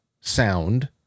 sound